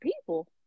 people